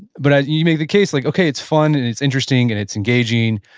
but ah you make the case, like okay, it's fun and it's interesting and it's engaging,